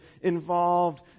involved